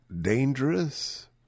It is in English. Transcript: dangerous